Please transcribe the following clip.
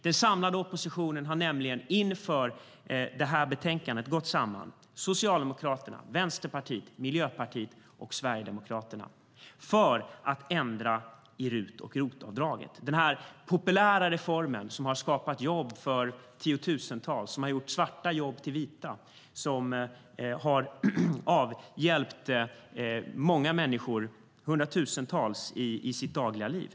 Den samlade oppositionen har nämligen inför detta betänkande gått samman - Socialdemokraterna, Vänsterpartiet, Miljöpartiet och Sverigedemokraterna - för att ändra i RUT och ROT-avdragen, den populära reform som har skapat jobb för tiotusentals människor, som har gjort svarta jobb vita och som har hjälpt många människor, hundratusentals, i deras dagliga liv.